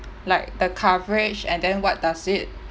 like the coverage and then what does it